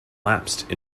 lapsed